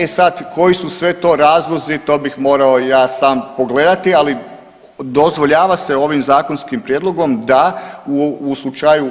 E sad, koji su sve to razlozi, to bih morao ja sam pogledati, ali dozvoljava se ovim zakonskim prijedlogom da u slučaju